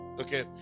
okay